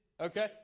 Okay